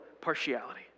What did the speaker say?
partiality